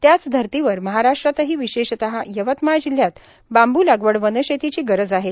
त्याच धर्तीवर महाराष्ट्रातही विशेषत यवतमाळ जिल्ह्यात बांबू लागवड वनशेतीची गरज आहे